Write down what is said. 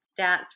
stats